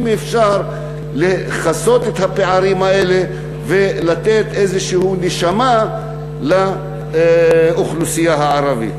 אם אפשר לכסות את הפערים האלה ולתת איזושהי נשמה לאוכלוסייה הערבית.